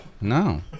No